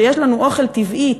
שיש לנו אוכל טבעי,